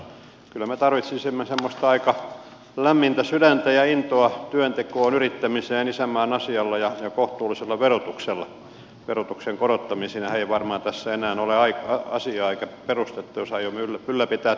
kyllä me tarvitsisimme semmoista aika lämmintä sydäntä ja intoa työntekoon yrittämiseen isänmaan asialla ja kohtuullisella verotuksella verotuksen korottamiseenhan ei varmaan tässä enää ole asiaa eikä perustetta jos aiomme ylläpitää työllisyyttä